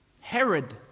Herod